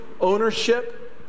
ownership